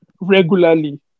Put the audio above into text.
regularly